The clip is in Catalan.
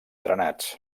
drenats